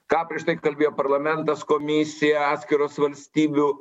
ką prieš tai kalbėjo parlamentas komisija atskiros valstybių